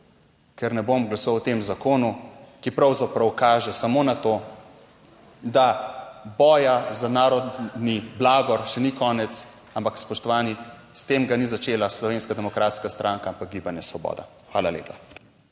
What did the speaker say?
Ker ne bom glasoval o tem zakonu, ki pravzaprav kaže samo na to, da boja za narodni blagor še ni konec. Ampak, spoštovani, s tem ga ni začela Slovenska demokratska stranka, pač pa Gibanje Svoboda. Hvala lepa.